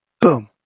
boom